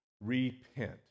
Repent